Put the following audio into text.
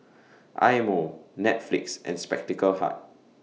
Eye Mo Netflix and Spectacle Hut